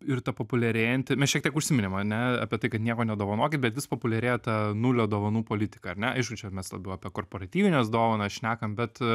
ir ta populiarėjanti mes šiek tiek užsiminėm ane apie tai kad nieko nedovanokit bet vis populiarėja ta nulio dovanų politika ar ne aišku čia mes labiau apie korporatyvines dovanas šnekam bet